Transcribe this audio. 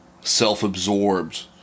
self-absorbed